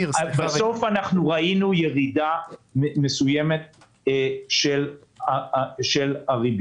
בסוף אנחנו ראינו ירידה מסוימת של הריביות,